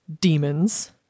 demons